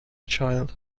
child